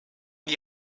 gli